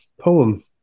poem